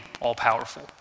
all-powerful